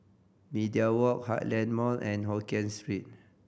Media Walk Heartland Mall and Hokkien Street